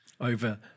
over